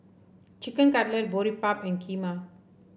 Chicken Cutlet Boribap and Kheema